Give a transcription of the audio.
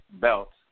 belts